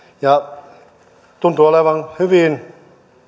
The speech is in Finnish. ja tuntui olevan hyvin